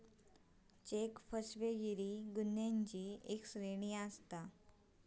check फसवेगिरी गुन्ह्यांची एक श्रेणी आसा